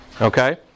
Okay